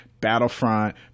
Battlefront